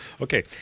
Okay